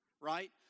right